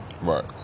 Right